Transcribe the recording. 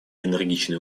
энергичные